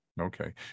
Okay